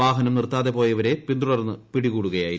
വാഹനം നിർത്താതെ പോയ ഇവരെ പിന്തുടർന്ന് പിടികൂടുകയായിരുന്നു